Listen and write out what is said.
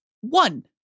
one